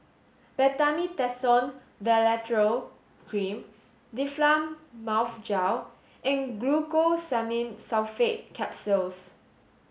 Betamethasone Valerate Cream Difflam Mouth Gel and Glucosamine Sulfate Capsules